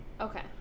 Okay